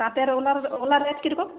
তাঁতের ওগুলার ওগুলার রেট কিরকম